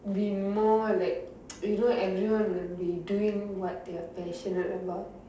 been more like you know everyone will be doing what they are passionate about